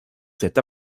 cet